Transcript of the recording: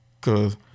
Cause